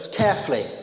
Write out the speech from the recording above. carefully